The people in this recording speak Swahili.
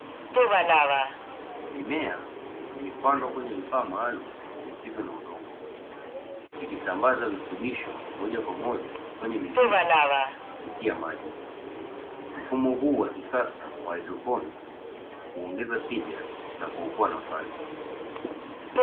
Mimea imepandwa kwenye vifaa maalumu visivyo na udongo. Vikisambaza virutubisho moja kwa moja kwenye mizizi kupitia maji. Mfumo huu wa kisasa wa haidroponi huongeza tija na kuokoa nafasi.